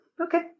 okay